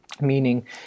Meaning